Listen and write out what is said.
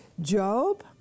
Job